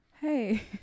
Hey